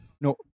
No